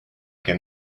can